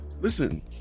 listen